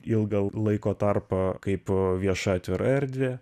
ilgą laiko tarpą kaip vieša atvira erdvė